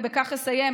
ובכך אסיים,